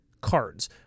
cards